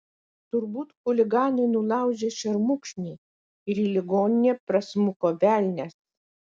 turbūt chuliganai nulaužė šermukšnį ir į ligoninę prasmuko velnias